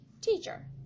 Teacher